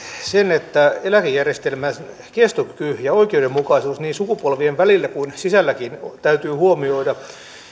sen että eläkejärjestelmän kestokyky ja oikeudenmukaisuus niin sukupolvien välillä kuin sisälläkin täytyy huomioida